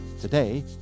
Today